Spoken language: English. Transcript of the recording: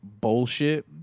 bullshit